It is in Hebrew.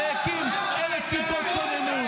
בא על הגב של הנרצחים.